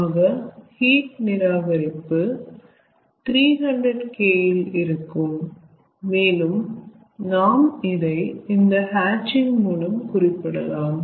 ஆக ஹீட் நிராகரிப்பு 300K இல் இருக்கும் மேலும் நாம் இதை இந்த ஹாட்சிங் மூலம் குறிப்பிடலாம்